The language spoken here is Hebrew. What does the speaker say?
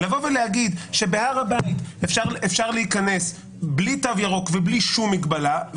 לבוא ולהגיד שבהר הבית אפשר להיכנס בלי תו ירוק ובלי שום מגבלה,